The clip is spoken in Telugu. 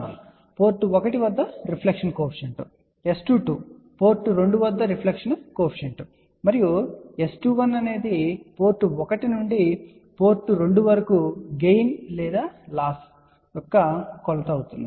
S11 పోర్ట్ 1 వద్ద రిఫ్లెక్షన్ కోఎఫిషియంట్ S22 పోర్ట్ 2 వద్ద రిఫ్లెక్షన్ కోఎఫిషియంట్ మరియు S21 అనేది పోర్ట్ 1 నుండి పోర్ట్ 2 వరకు గెయిన్ లేదా లాస్ యొక్క కొలత అవుతుంది